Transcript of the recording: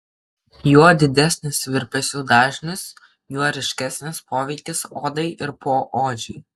juo didesnis virpesių dažnis juo ryškesnis poveikis odai ir poodžiui